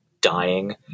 dying